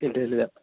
ഇല്ല ഇല്ല ഇല്ല